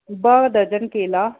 ॿ डजन केला